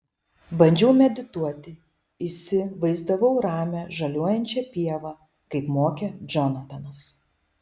bandžiau medituoti įsivaizdavau ramią žaliuojančią pievą kaip mokė džonatanas